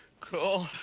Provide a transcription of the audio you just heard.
cole,